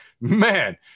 man